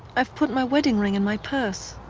i've put my wedding ring in my purse.